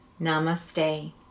Namaste